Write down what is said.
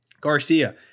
Garcia